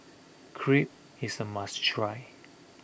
crepe is a must try